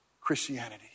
Christianity